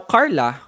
Carla